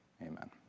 Amen